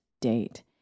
date